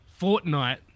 Fortnite